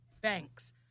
banks